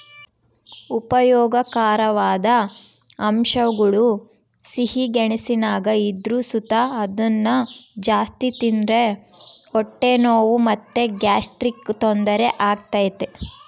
ಉಪಯೋಗಕಾರವಾದ ಅಂಶಗುಳು ಸಿಹಿ ಗೆಣಸಿನಾಗ ಇದ್ರು ಸುತ ಅದುನ್ನ ಜಾಸ್ತಿ ತಿಂದ್ರ ಹೊಟ್ಟೆ ನೋವು ಮತ್ತೆ ಗ್ಯಾಸ್ಟ್ರಿಕ್ ತೊಂದರೆ ಆಗ್ತತೆ